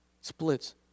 Splits